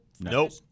Nope